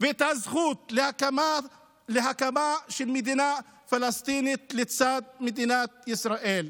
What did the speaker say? ואת הזכות להקמה של מדינה פלסטינית לצד מדינת ישראל.